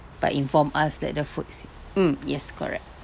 but inform us that the food is here mm yes correct